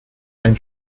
ein